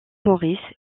maurice